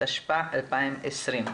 התשפ"א-2020.